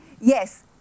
Yes